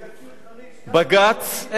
בג"ץ,